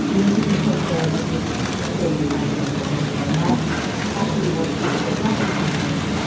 need to be prepared with the same kind of information. and that's actually where cynthia tucker comes in.